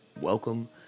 welcome